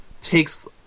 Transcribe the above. takes